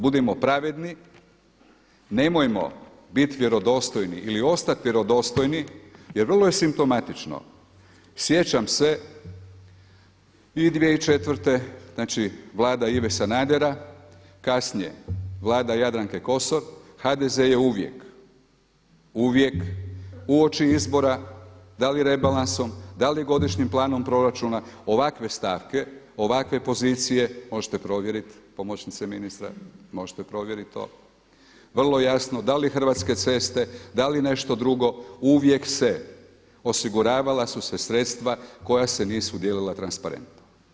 Budimo pravedni, nemojmo biti vjerodostojni ili ostati vjerodostojni jer vrlo je simptomatično, sjećam se i 2004., znači Vlada Ive Sanadera kasnije Vlada Jadranke Kosor, HDZ je uvijek, uvijek uoči izbora da li rebalansom, dali godišnjim planom proračuna ovakve stavke, ovakve pozicije možete provjeriti pomoćnice ministar, možete provjerit to vrlo jasno da li Hrvatske ceste, da li nešto drugo uvijek se osiguravala su se sredstva koja se nisu dijelila transparentno.